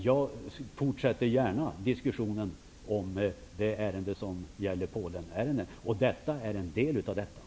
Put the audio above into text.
Jag fortsätter gärna diskussionen om Polenärendet, och detta är en del av det ärendet.